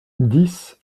dix